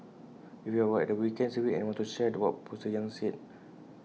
if you were at the weekend service and want to share what pastor yang said